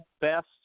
best